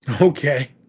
Okay